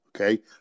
Okay